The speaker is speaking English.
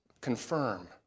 confirm